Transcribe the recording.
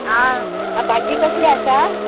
आं भाजी कसली आसा